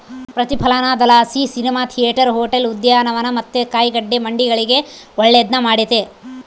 ಪ್ರತಿಫಲನದಲಾಸಿ cinema theatre, hotel, ಉದ್ಯಾನವನ ಮತ್ತೆ ಕಾಯಿಗಡ್ಡೆ ಮಂಡಿಗಳಿಗೆ ಒಳ್ಳೆದ್ನ ಮಾಡೆತೆ